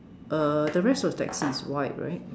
uh the rest of the taxi is white right